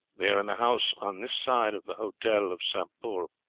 they are in the house on this side of the hotel of st. pol.